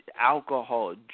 alcohol